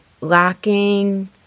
Lacking